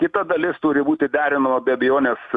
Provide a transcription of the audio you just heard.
kita dalis turi būti derinama be abejonės